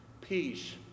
Peace